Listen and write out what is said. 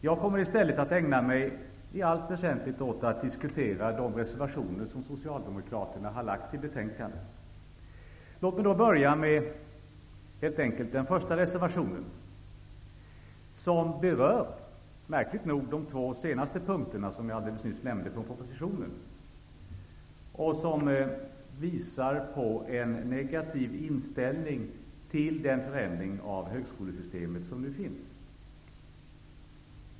Jag kommer i stället att i allt väsentligt ägna mig åt att diskutera de reservationer som Socialdemokraterna har fogat till betänkandet. Låt mig börja med den första reservationen, som -- märkligt nog -- berör de två senaste punkterna i propositionen, som jag alldeles nyss nämnde. Reservationen visar på en negativ inställning till den förändring av högskolesystemet som nu föreslås.